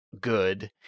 good